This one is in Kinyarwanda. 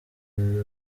izi